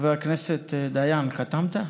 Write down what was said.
חבר הכנסת דיין, חתמת?